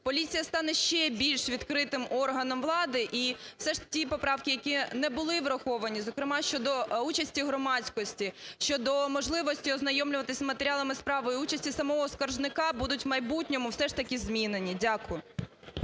поліція стане ще більш відкритим органом влади. І все ж ті поправки, які не були враховані, зокрема щодо участі громадськості, щодо можливості ознайомлюватись з матеріалами справи, участі самого скаржника, будуть в майбутньому все ж таки змінені. Дякую.